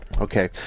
Okay